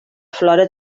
flora